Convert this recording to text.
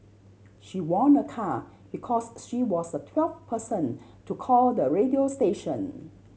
she won a car because she was the twelfth person to call the radio station